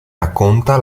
racconta